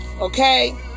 Okay